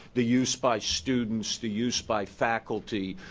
the use by students, the use by faculty,